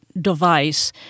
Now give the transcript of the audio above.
device